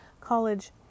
college